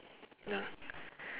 ya